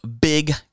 Big